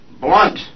Blunt